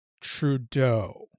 Trudeau